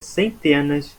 centenas